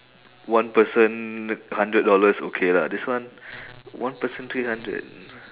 one person hundred dollars okay lah this one one person three hundred